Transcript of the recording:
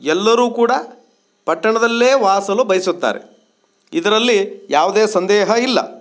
ಎಲ್ಲರೂ ಕೂಡ ಪಟ್ಟಣದಲ್ಲೇ ವಾಸಿಸಲು ಬಯಸುತ್ತಾರೆ ಇದರಲ್ಲಿ ಯಾವುದೇ ಸಂದೇಹ ಇಲ್ಲ